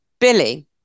Billy